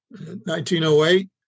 1908